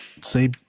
Say